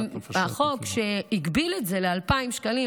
החוק שהגביל את זה ל-2,000 שקלים,